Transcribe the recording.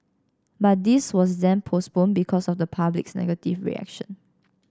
but this was then postponed because of the public's negative reaction